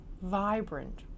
vibrant